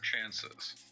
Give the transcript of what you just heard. chances